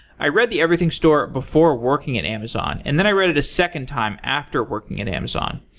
i read the everything store before working at amazon, and then i read it a second time after working at amazon.